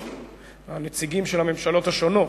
היושב-ראש,